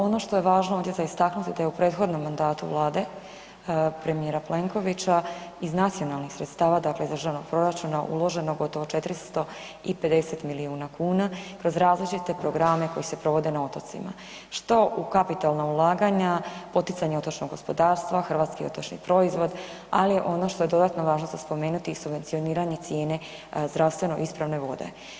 Ono što je važno ovdje za istaknuti da je u prethodnom mandatu Vlade premijera Plenkovića iz nacionalnih sredstava dakle iz državnog proračuna uloženo gotovo 450 milijuna kuna kroz različite programe koji se provode na otocima, što u kapitalna ulaganja, poticanja otočnog gospodarstva, hrvatski otočki proizvod, ali i ono što je dodatno važno za spomenuti subvencioniranje cijene zdravstveno ispravne vode.